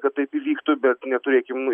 kad taip įvyktų bet neturėkim